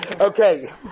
Okay